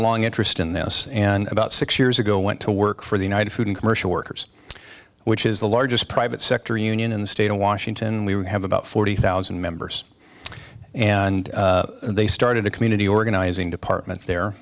long interest in this and about six years ago went to work for the united food and commercial workers which is the largest private sector union in the state of washington we have about forty thousand members and they started a community organizing department there